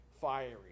fiery